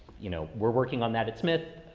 you know, we're working on that. it's myth, ah,